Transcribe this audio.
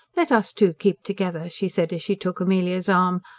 let us two keep together, she said as she took amelia's arm.